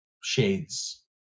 shades